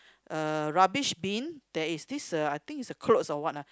uh rubbish bin there is this uh I think is a clothes or what ah